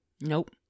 Nope